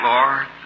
Lord